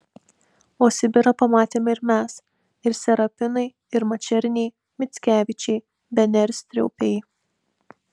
o sibirą pamatėme ir mes ir serapinai ir mačerniai mickevičiai bene ir striaupiai